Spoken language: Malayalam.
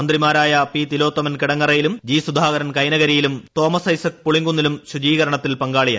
മന്ത്രിമാരായ പി തിലോത്തമൻ കിടങ്ങറയിലും ജി സുധാകരൻ കൈനകരിയിലും തോമസ് ഐസക് പുളിങ്കുന്നിലും ശുചീകരണത്തിൽ പങ്കാളികളായി